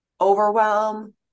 overwhelm